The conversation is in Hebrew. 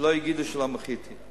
שלא יגידו שלא מחיתי.